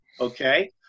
Okay